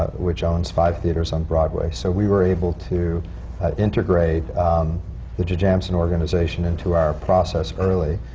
which owns five theatres on broadway. so we were able to integrate the jujamcyn organization into our process early.